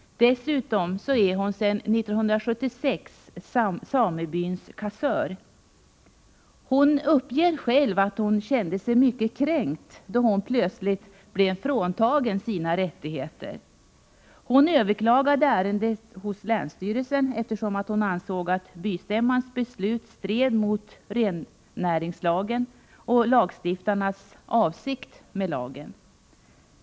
Dessutom är hon sedan 1976 samebyns kassör. Hon uppger själv att hon kände sig mycket kränkt då hon plötsligt blev fråntagen sina rättigheter. Hon överklagade ärendet hos länsstyrelsen, eftersom hon ansåg att bystämmans beslut stred mot rennäringslagen och lagstiftarnas avsikt med denna.